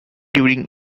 during